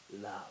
love